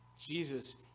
Jesus